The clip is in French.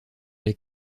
les